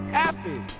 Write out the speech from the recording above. happy